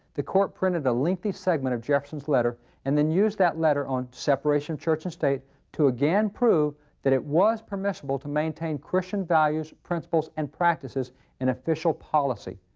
the court printed a lengthy segment of jefferson's letter and then used that letter on separation of church and state to again prove that it was permissible to maintain christian values, principles, and practices in official policy.